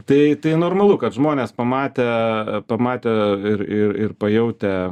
tai tai normalu kad žmonės pamatę pamatę ir ir ir pajautę